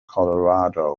colorado